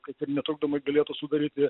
kad ir netrukdomai galėtų sudaryti